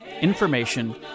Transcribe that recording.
information